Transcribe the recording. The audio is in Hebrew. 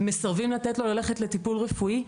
מסרבים לתת לו ללכת לטיפול רפואי.